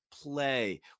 play